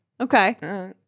Okay